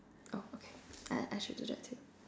oh okay I I should do that too